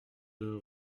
deux